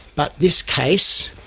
but this case,